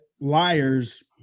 liars